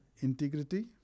integrity